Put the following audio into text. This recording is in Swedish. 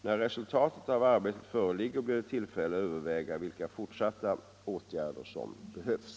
När resultatet av arbetet föreligger blir det tillfälle överväga vilka fortsatta åt gärder som behövs.